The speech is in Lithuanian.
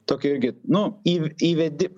tokia irgi nu įv įvedi